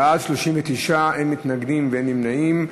בעד, 39, אין מתנגדים ואין נמנעים.